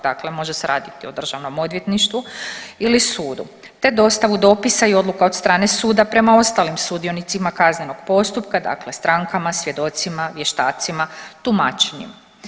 Dakle, može se raditi o Državnom odvjetništvu ili sudu te dostavu dopisa i odluka od strane suda prema ostalim sudionicima kaznenog postupka, dakle strankama, svjedocima, vještacima, tumačima.